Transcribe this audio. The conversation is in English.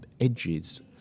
edges